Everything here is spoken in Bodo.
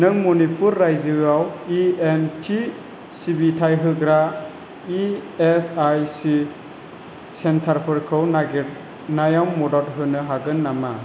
नों मनिपुर रायजोआव इएनटि सिबिथाय होग्रा इएसआइसि सेन्टारफोरखौ नागिरनायाव मदद होनो हागोन नामा